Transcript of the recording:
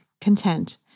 content